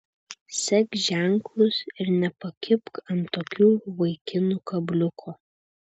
sek ženklus ir nepakibk ant tokių vaikinų kabliuko